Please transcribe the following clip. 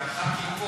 השרים.